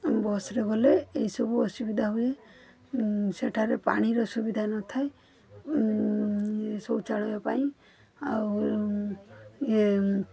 ବସ୍ରେ ଗଲେ ଏଇସବୁ ଅସୁବିଧା ହୁଏ ସେଠାରେ ପାଣିର ସୁବିଧା ନଥାଏ ଶୌଚାଳୟ ପାଇଁ ଆଉ ଇଏ